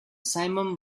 simum